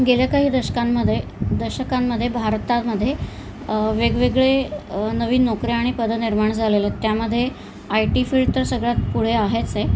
गेल्या काही दशकांम दशकांमध्ये भारतामध्ये वेगवेगळे नवीन नोकऱ्या आणि पदं निर्माण झालेलेत त्यामध्ये आय टी फील्ड तर सगळ्यात पुढे आहेच आहे